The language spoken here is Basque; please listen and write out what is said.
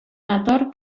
nator